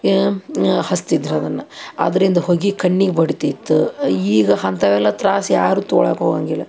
ಹಚ್ತಿದ್ರು ಅದನ್ನು ಅದ್ರಿಂದ ಹೊಗೆ ಕಣ್ಣಿಗೆ ಬಡಿತಿತ್ತು ಈಗ ಅಂಥವೆಲ್ಲ ತ್ರಾಸ್ ಯಾರೂ ತೊಗೊಳ್ಳೋಕೆ ಹೋಗೋಂಗಿಲ್ಲ